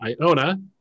Iona